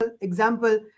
example